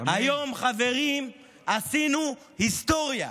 היום, חברים, עשינו היסטוריה.